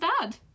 dad